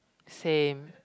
same